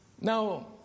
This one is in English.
Now